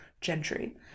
gentry